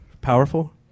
powerful